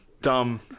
dumb